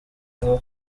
vuba